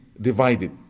divided